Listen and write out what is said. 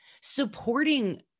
supporting